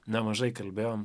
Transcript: nemažai kalbėjom